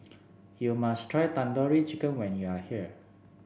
you must try Tandoori Chicken when you are here